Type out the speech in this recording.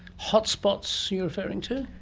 hot spots you were referring to?